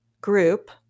group